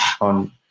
on